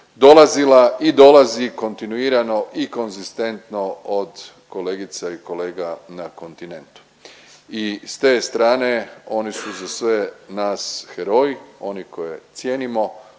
dolazila i dolazi kontinuirano i konzistentno od kolegica i kolega na kontinentu. I s te strane, oni su za sve nas heroji, oni koje cijenimo,